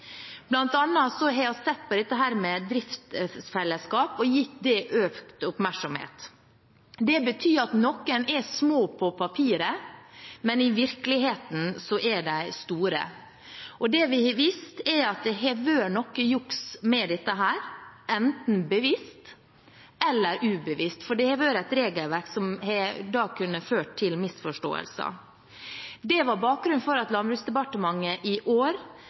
har vi sett på driftsfellesskap og gitt det økt oppmerksomhet. Det betyr at noen er små på papiret, mens de i virkeligheten er store. Det vi har vist, er at det har vært noe juks med dette, enten bevisst eller ubevisst, for det har vært et regelverk som har kunnet føre til misforståelser. Det var bakgrunnen for at Landbruksdepartementet i år